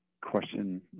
question